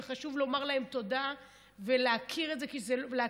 וחשוב לומר להן תודה ולהכיר ולהוקיר,